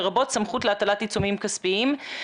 לרבות סמכות להטלת עיצומים כספיים.